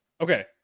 Okay